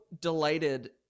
delighted